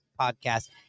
podcast